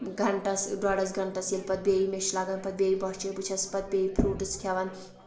گنٛٹس ڈوٚڈس گنٛٹس ییٚلہِ پَتہٕ بیٚیہِ مےٚ چھِ لگان پَتہٕ بیٚیہِ بۄچھٕ بہٕ چھَس پَتہٕ بیٚیہِ فروٗٹس کھٮ۪وان